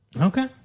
Okay